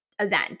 event